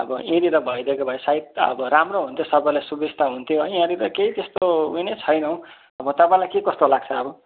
अब यहीँनिर भइदिएको भए सायद राम्रो हुन्थ्यो सबैलाई सुविस्ता हुन्थ्यो यहाँनिर केही त्यस्तो उयो नै छैन हौ अब तपाईँलाई के कस्तो लाग्छ अब